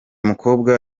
mukobwa